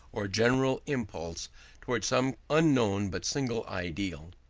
or general impulse toward some unknown but single ideal,